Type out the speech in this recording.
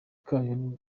kayo